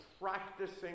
practicing